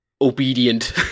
obedient